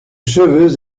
cheveux